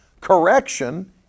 Correction